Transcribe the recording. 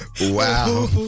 Wow